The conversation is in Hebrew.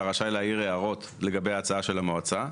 רשאי להעיר הערות לגבי ההצעה של המועצה.